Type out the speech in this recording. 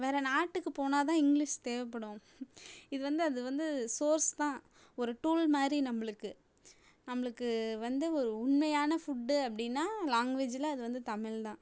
வேற நாட்டுக்கு போனால் தான் இங்கிலீஷ் தேவைப்படும் இது வந்து அது வந்து சோர்ஸ் தான் ஒரு டூல் மாதிரி நம்மளுக்கு நம்மளுக்கு வந்து ஒரு உண்மையான ஃபுட்டு அப்படின்னா லாங்குவேஜில் அது வந்து தமிழ் தான்